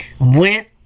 went